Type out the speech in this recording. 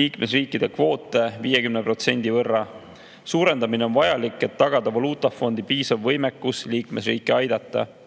liikmesriikide kvoote 50% võrra. Suurendamine on vajalik, et tagada valuutafondi piisav võimekus liikmesriike aidata.